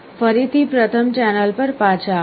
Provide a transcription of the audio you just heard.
ફરીથી પ્રથમ ચેનલ પર પાછા આવો